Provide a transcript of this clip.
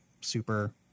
super